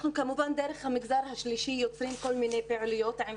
אנחנו כמובן דרך המגזר השלישי יוצרים כל מיני פעילויות עם